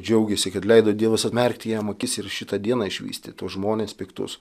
džiaugiasi kad leido dievas atmerkti jam akis ir šitą dieną išvysti tuos žmones piktus